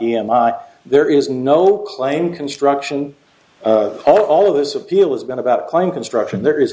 e m i there is no claim construction at all of this appeal has been about claim construction there is